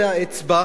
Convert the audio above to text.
זו האצבע,